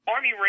Army